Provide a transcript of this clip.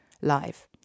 live